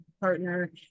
partner